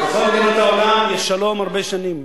בכל מדינות העולם יש שלום הרבה שנים.